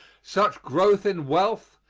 such growth in wealth,